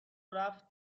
رفت